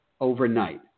overnight